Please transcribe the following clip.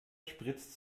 spritzt